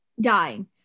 dying